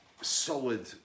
solid